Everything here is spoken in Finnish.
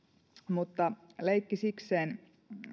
mutta leikki sikseen